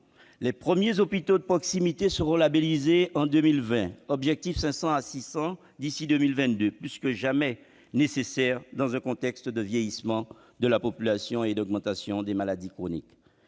Les premiers hôpitaux de proximité seront labellisés en 2020, l'objectif étant d'en créer 500 à 600 d'ici à 2022. Ils sont plus que jamais nécessaires, dans un contexte de vieillissement de la population et d'augmentation des maladies chroniques.